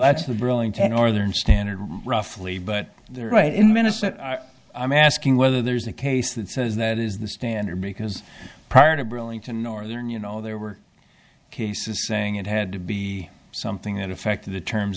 burlington northern standard roughly but they're right in minnesota i'm asking whether there's a case that says that is the standard because prior to brill into northern you know there were cases saying it had to be something that affected the terms